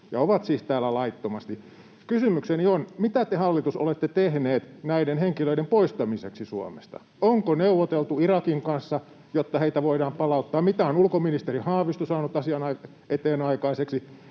ja ovat siis täällä laittomasti. Kysymykseni on: Mitä te, hallitus, olette tehneet näiden henkilöiden poistamiseksi Suomesta? Onko neuvoteltu Irakin kanssa, jotta heitä voidaan palauttaa? Mitä on ulkoministeri Haavisto saanut asian eteen aikaiseksi?